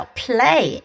play